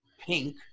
pink